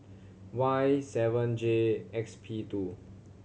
Y seven J X P two